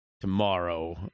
tomorrow